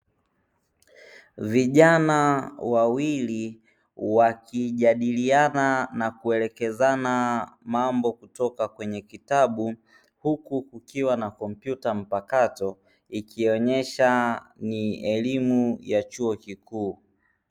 Vijana wawili wakijadiliana na kuelekezana mambo kutoka kwenye kitabu, huku kukiwa na kompyuta mpakato; ikionyesha ni elimu ya chuo kikuu.